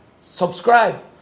subscribe